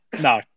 No